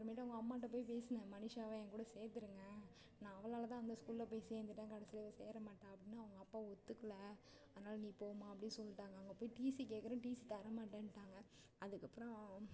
அப்புறமேட்டு அவங்க அம்மாகிட்ட போய் பேசினேன் மனிஷாவை என்கூட சேர்த்துடுங்க நான் அவளால் தான் அந்த ஸ்கூலில் போய் சேர்ந்துட்டேன் கடைசியில் இவள் சேரமாட்டாள் அப்படின்னு அவங்க அப்பா ஒத்துக்கலை அதனால் நீ போம்மா அப்படின்னு சொல்லிவிட்டாங்க அங்கே போய் டிசி கேட்கறேன் டிசி தரமாட்டேனுட்டாங்க அதுக்கப்புறம்